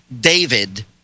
David